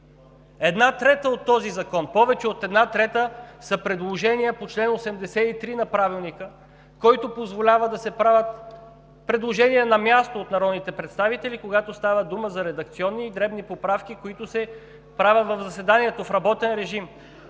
една трета в този закон са предложения по чл. 83 на Правилника, който позволява да се правят предложения на място от народните представители, когато става дума за редакционни и дребни поправки, които се правят в заседанието в работен режим.